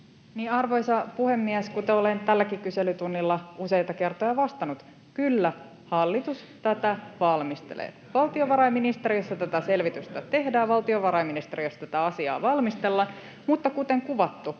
Arvoisa puhemies! Kuten olen tälläkin kyselytunnilla useita kertoja vastannut, kyllä, hallitus tätä valmistelee. [Naurua perussuomalaisten ryhmästä] Valtiovarainministeriössä tätä selvitystä tehdään, valtiovarainministeriössä tätä asiaa valmistellaan, mutta kuten kuvattu,